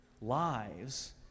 lives